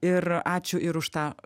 ir ačiū ir už tą